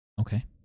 Okay